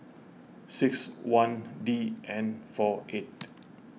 six one D N four eight